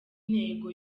intego